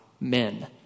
men